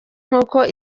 nk’uko